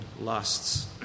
lusts